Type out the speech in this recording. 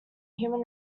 human